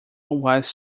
was